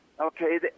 okay